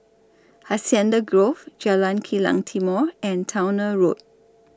Hacienda Grove Jalan Kilang Timor and Towner Road